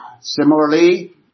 similarly